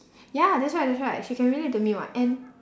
ya that's right that's right she can relate to me [what] and